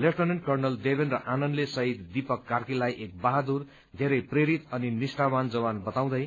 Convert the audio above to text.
lieutenant colonel Devendra आनन्दले शहीद दिपक कार्कीलाई एक बहादुर धेरै प्रेरित अनि निष्ठावान जवान बताउँदै